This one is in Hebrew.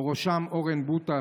ובראשם אורן בוטא,